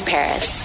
Paris